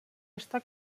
està